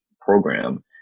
program